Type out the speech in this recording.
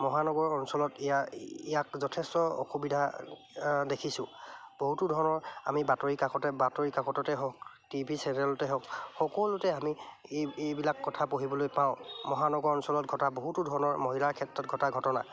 মহানগৰ অঞ্চলত ইয়াৰ ইয়াক যথেষ্ট অসুবিধা দেখিছোঁ বহুতো ধৰণৰ আমি বাতৰি কাকতে বাতৰি কাকততে হওক টিভি চেনেলতে হওক সকলোতে আমি এই এইবিলাক কথা পঢ়িবলৈ পাওঁ মহানগৰ অঞ্চলত ঘটা বহুতো ধৰণৰ মহিলাৰ ক্ষেত্ৰত ঘটা ঘটনা